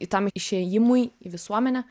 tam išėjimui į visuomenę